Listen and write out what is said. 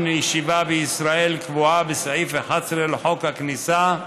ישיבה בישראל קבועה בסעיף 11 לחוק הכניסה,